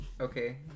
Okay